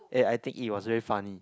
eh I think it was very funny